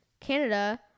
Canada